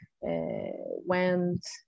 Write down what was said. went